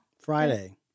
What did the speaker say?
Friday